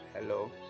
Hello